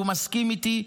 והוא מסכים איתי.